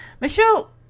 Michelle